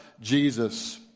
Jesus